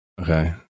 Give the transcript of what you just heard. okay